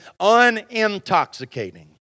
unintoxicating